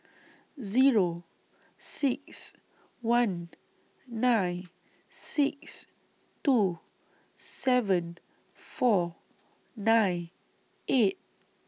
Zero six one nine six two seven four nine eight